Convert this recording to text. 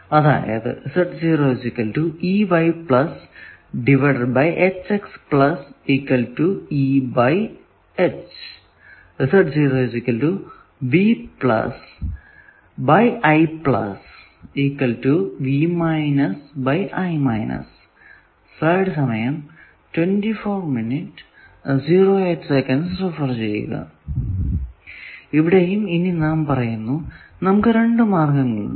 അതായത് ഇവിടെ ഇനിയും നമുക്ക് രണ്ടു മാർഗങ്ങൾ ഉണ്ട്